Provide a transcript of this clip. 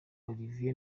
olivier